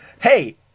hey